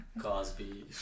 Cosby